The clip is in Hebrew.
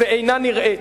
ואינה נראית.